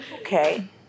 Okay